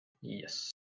Yes